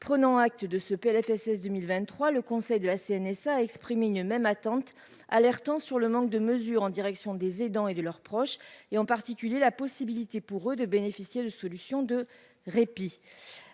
prenant acte de ce Plfss 2023, le conseil de la CNSA une même attente alertant sur le manque de mesures en direction des aidants et de leurs proches, et en particulier la possibilité pour eux de bénéficier de solutions de répit,